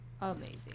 amazing